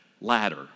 ladder